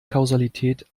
kausalität